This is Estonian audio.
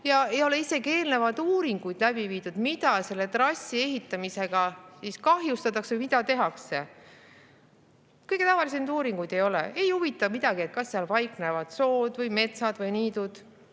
kus ei ole isegi eelnevaid uuringuid läbi viidud, mida selle trassi ehitamisega kahjustatakse või mida tehakse. Kõige tavalisemaid uuringuid ei ole! Ei huvita kedagi, kas seal paiknevad sood või metsad või niidud.